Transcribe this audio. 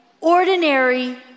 ordinary